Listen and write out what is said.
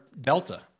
delta